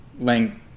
language